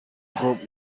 خوب